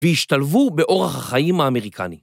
‫וישתלבו באורח החיים האמריקני.